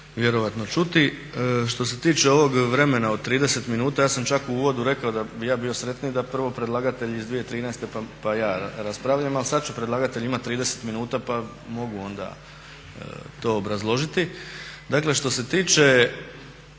vjerojatno čuti. Što se tiče ovog vremena od 30 minuta ja sam čak u uvodu rekao da bi ja bio sretniji da prvo predlagatelj iz 2013.pa ja raspravljam, ali sada će predlagatelj imati 30 minuta pa mogu onda to obrazložiti. Dakle što se tiče